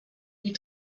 die